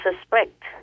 suspect